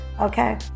Okay